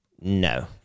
No